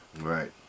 Right